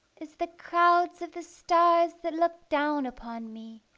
as the crowds of the stars that looked down upon me,